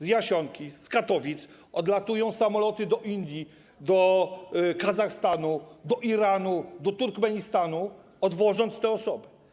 Z Jasionki, z Katowic odlatują samoloty do Indii, do Kazachstanu, do Iranu, do Turkmenistanu, odwożąc te osoby.